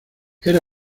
era